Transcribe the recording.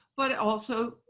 but also,